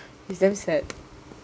it's damn sad